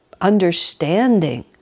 understanding